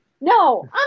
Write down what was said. No